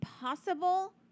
possible